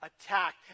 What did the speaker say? attacked